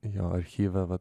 jo archyve vat